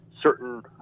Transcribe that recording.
certain